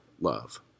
love